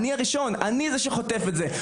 אני הראשון אני זה שחוטף את זה,